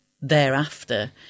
thereafter